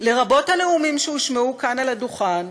לרבות הנאומים שהושמעו כאן על הדוכן,